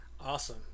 Awesome